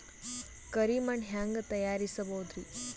ಕರಿ ಮಣ್ ಹೆಂಗ್ ತಯಾರಸೋದರಿ?